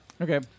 Okay